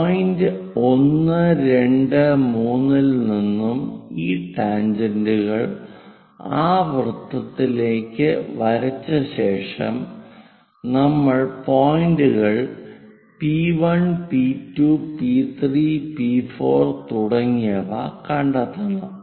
point 1 2 3 ൽ നിന്നും ഈ ടാൻജന്റുകൾ ആ വൃത്തത്തിലേക്കു വരച്ച ശേഷം നമ്മൾ പോയിന്റുകൾ പി 1 പി 2 പി 3 പി 4 തുടങ്ങിയവ കണ്ടെത്തണം